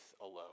alone